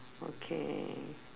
okay